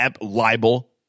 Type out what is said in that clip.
libel